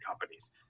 companies